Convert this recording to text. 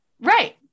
Right